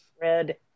red